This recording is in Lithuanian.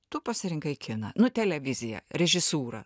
tu pasirinkai kiną nu televiziją režisūrą